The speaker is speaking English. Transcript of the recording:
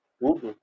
tudo